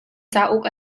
cauk